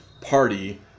Party